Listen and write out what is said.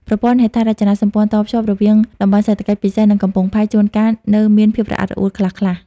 ប្រព័ន្ធហេដ្ឋារចនាសម្ព័ន្ធតភ្ជាប់រវាង តំបន់សេដ្ឋកិច្ចពិសេស និងកំពង់ផែ ជួនកាលនៅមានភាពរអាក់រអួលខ្លះៗ។